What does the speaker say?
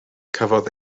cafodd